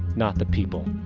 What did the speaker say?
not the people.